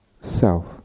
self